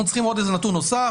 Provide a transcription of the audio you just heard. אנחנו צריכים עוד נתון נוסף.